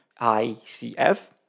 ICF